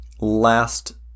last